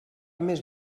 més